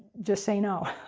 just say no.